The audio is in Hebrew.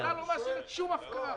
הוועדה לא מאשרת שום הפקעה.